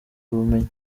ubumenyi